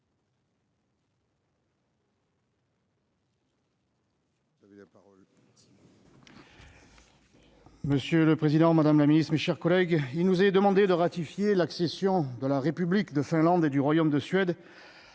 Monsieur le Président, Madame la Ministre, mes chers collègues, il nous est demandé de ratifier l'accession de la République de Finlande et du royaume de Suède